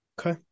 Okay